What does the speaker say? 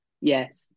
Yes